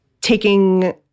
taking